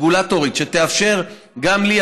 רגולטורית שתאפשר גם לי,